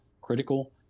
critical